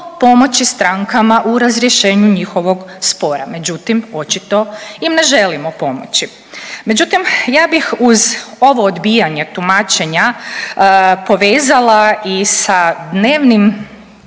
pomoći strankama i razrješenju njihovog spora. Međutim, očito im ne želimo pomoći. Međutim, ja bih uz ovo odbijanje tumačenja povezala i sa dnevnim,